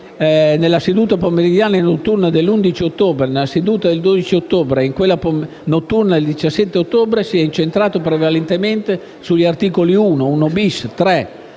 nelle sedute pomeridiana e notturna dell'11 ottobre, nella seduta del 12 ottobre e in quelle pomeridiana e notturna del 17 ottobre - si è incentrato prevalentemente sugli articoli 1, 1-*bis*, 3,